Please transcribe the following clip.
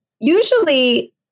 usually